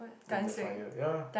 in the fire ya